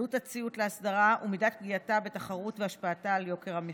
עלות הציות לאסדרה ומידת פגיעתה בתחרות והשפעתה על יוקר המחיה.